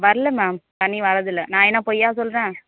வரல மேம் தண்ணி வரதில்ல நான் என்ன பொய்யா சொல்கிறேன்